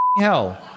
hell